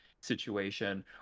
situation